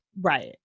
Right